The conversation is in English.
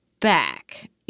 back